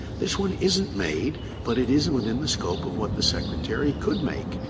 this one isn't made but it is within the scope of what the secretary could make,